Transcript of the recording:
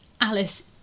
alice